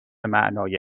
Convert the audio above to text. معنای